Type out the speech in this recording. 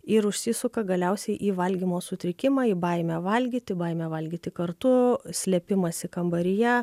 ir užsisuka galiausiai į valgymo sutrikimą į baimę valgyti baimę valgyti kartu slėpimąsi kambaryje